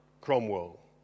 Cromwell